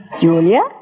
Julia